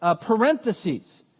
parentheses